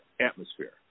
atmosphere